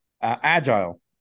agile